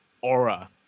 aura